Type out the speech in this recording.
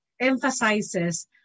emphasizes